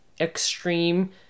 extreme